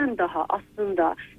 daha aslında